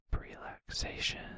relaxation